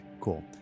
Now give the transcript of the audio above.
cool